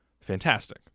fantastic